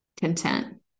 content